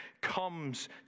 comes